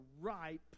ripe